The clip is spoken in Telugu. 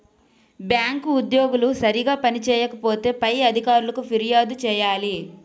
బ్యాంకు ఉద్యోగులు సరిగా పని చేయకపోతే పై అధికారులకు ఫిర్యాదు చేయాలి